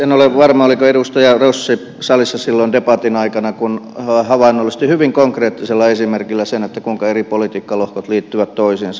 en ole varma oliko edustaja rossi salissa silloin debatin aikana kun havainnollistin hyvin konkreettisella esimerkillä sen kuinka eri politiikkalohkot liittyvät toisiinsa